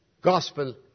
gospel